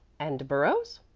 and burrows?